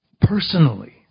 Personally